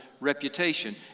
reputation